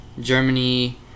Germany